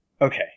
okay